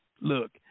Look